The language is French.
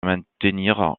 maintenir